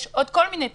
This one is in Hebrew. יש עוד כל מיני תנאים.